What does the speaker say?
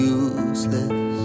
useless